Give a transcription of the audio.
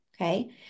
Okay